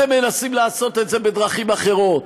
אז הם מנסים לעשות את זה בדרכים אחרות: